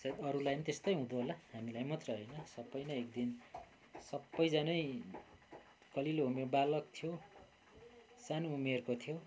सब अरूलाई पनि त्यस्तै हुँदो होला हामीलाई मात्रै होइन सबैलाई एक दिन सबै जनै कलिले उमेर बालक थियौँ सानो उमेरको थियौँ